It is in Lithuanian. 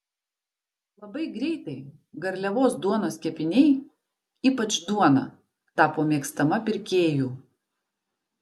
labai greitai garliavos duonos kepiniai ypač duona tapo mėgstama pirkėjų